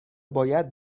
باید